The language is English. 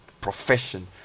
profession